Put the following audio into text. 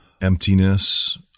emptiness